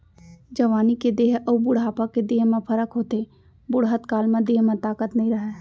जवानी के देंह अउ बुढ़ापा के देंह म फरक होथे, बुड़हत काल म देंह म ताकत नइ रहय